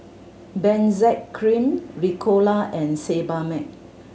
Benzac Cream Ricola and Sebamed